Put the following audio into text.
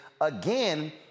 again